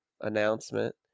announcement